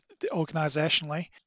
organisationally